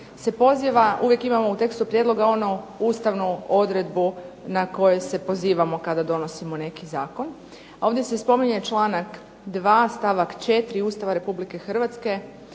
uvijek imamo u tekstu prijedloga onu ustavnu odredbu na koju se pozivamo kada donosimo neki zakon. Ovdje se spominje članak 2. stavak 4. Ustava Republike Hrvatske